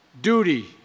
Duty